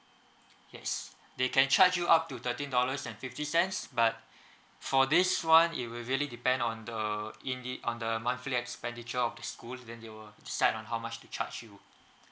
yes they can charge you up to thirteen dollars and fifty cents but for this [one] it will really depend on the in it on the monthly expenditure of the school then they will decide on how much to charge you